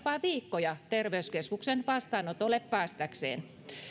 viikkoja terveyskeskuksen vastaanotolle päästääkseen